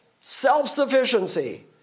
Self-sufficiency